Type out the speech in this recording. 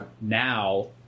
now